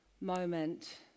moment